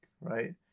right